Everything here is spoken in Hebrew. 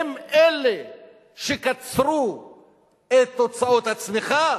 הם אלו שקצרו את תוצאות הצמיחה,